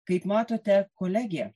kaip matote kolegė